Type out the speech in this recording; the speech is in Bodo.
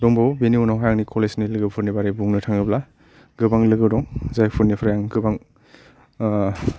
दंबावो बिनि उनावहाय आंनि कलेजनि लोगोफोरनि बागै बुंनो थाङोब्ला गोबां लोगो दं जायफोरनिफ्राय आं गोबां